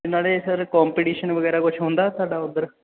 ਅਤੇ ਨਾਲੇ sir competition ਵਗੈਰਾ ਕੁਝ ਹੁੰਦਾ ਤੁਹਾਡਾ ਉੱਧਰ